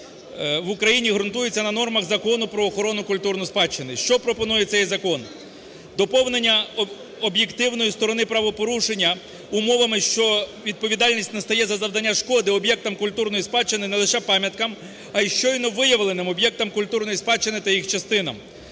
в Україні ґрунтується на нормах Закону "Про охорону культурної спадщини". Що пропонує цей закон? Доповнення об'єктивної сторони правопорушення умовами, що відповідальність настає за завдання шкоди об'єктам культурної спадщини, не лише пам'яткам, а й щойно виявленим об'єктам культурної спадщини та їх частинам,